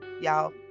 y'all